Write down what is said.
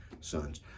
sons